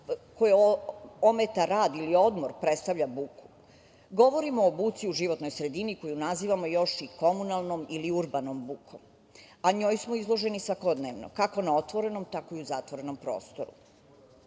koja ometa rad ili odmor predstavlja buku. Govorimo o buci u životnoj sredini koju nazivamo još i komunalnom ili urbanom bukom, a njoj smo izloženi svakodnevno, kako na otvorenom, tako i u zatvorenom prostoru. Sve